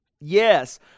Yes